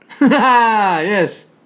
Yes